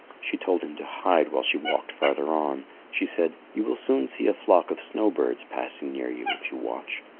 she told him to hide while she walked farther on. she said, you will soon see a flock of snow birds passing near you if you watch.